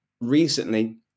recently